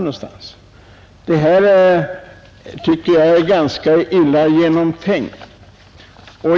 Jag tycker att detta är ganska illa genomtänkt.